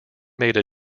made